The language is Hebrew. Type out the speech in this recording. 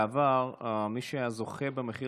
בעבר מי שהיה זוכה במחיר